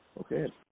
Okay